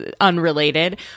unrelated